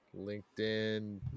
LinkedIn